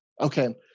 Okay